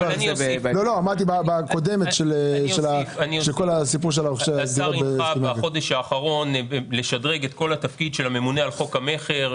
השר הנחה בחודש האחרון לשדרג את כל התפקיד של הממונה על חוק המכר,